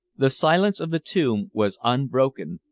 the silence of the tomb was unbroken,